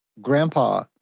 grandpa